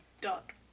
duck